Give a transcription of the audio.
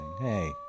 Hey